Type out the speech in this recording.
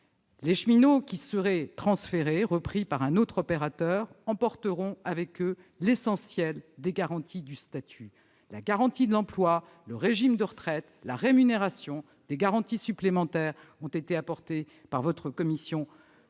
Ceux qui seront transférés et repris par un autre opérateur emporteront avec eux l'essentiel des garanties du statut : la garantie d'emploi, le régime de retraite, la rémunération-des garanties supplémentaires ont été apportées par votre commission